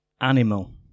Animal